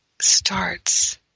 starts